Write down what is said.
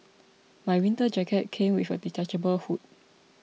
my winter jacket came with a detachable hood